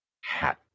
hat